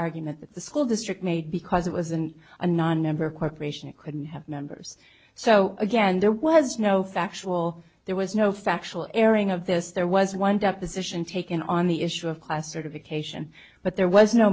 argument that the school district made because it wasn't a nonmember corporation it couldn't have members so again there was no factual there was no factual airing of this there was one deposition taken on the issue of class certification but there was